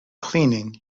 cleaning